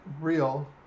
real